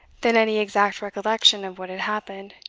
than any exact recollection of what had happened